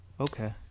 Okay